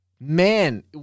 man